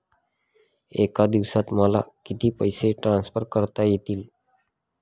एका दिवसात मला किती पैसे ट्रान्सफर करता येतील?